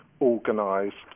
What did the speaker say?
organised